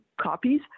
copies